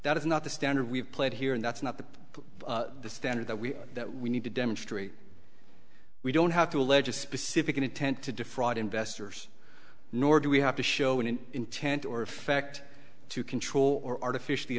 that is not the standard we've played here and that's not the standard that we that we need to demonstrate we don't have to allege a specific intent to defraud investors nor do we have to show an intent or effect to control or artificially